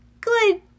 good